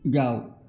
जाओ